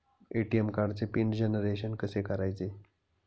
ATM कार्डचे pin generation कसे करायचे?